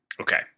Okay